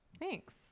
Thanks